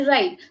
Right